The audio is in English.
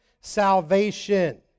salvation